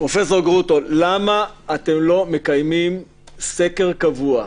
פרופ' גרוטו, למה אתם לא מקיימים סקר קבוע?